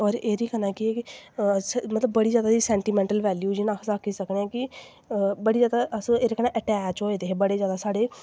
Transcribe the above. होर एह्दे कन्नै केह् ऐ के अस बड़ी जैद मतबव सैंटिमैंटल बैल्यू जियां अस आक्खी सकने कि बड़े जैदा अस एह्दे कन्नै अटैच होए दे हे बड़े जैदा साढ़े